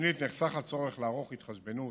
שנית, נחסך הצורך לערוך התחשבנות